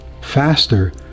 faster